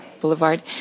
Boulevard